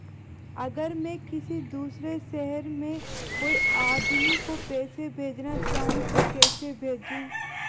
अगर मैं किसी दूसरे शहर में कोई आदमी को पैसे भेजना चाहूँ तो कैसे भेजूँ?